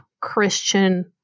Christian